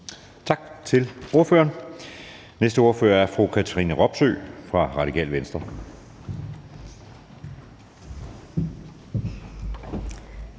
Tak til ordføreren. Næste ordfører er fru Katrine Robsøe fra Radikale Venstre.